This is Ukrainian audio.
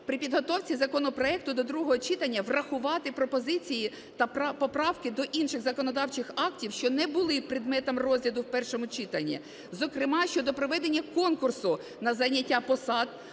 При підготовці законопроекту до другого читання врахувати пропозиції та поправки до інших законодавчих актів, що не були предметом розгляду в першому читанні, зокрема щодо проведення конкурсу на зайняття посад,